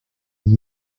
that